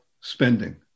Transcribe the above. spending